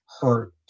hurt